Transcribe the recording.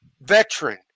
veteran